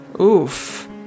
Oof